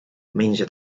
menja